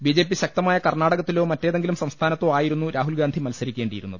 B J P ശക്തമായ കർണ്ണാടകത്തിലോ മറ്റേതെങ്കിലും സംസ്ഥാനത്തോ ആയി രുന്നു രാഹുൽഗാന്ധി മത്സരിക്കേണ്ടിയിരുന്നത്